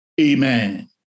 Amen